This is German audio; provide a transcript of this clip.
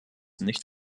nicht